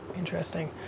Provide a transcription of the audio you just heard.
Interesting